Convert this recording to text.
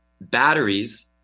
batteries